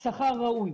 בנוגע לשכר ראוי,